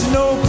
no